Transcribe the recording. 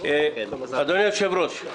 אדוני היושב- ראש,